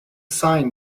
sign